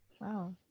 Wow